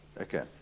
Okay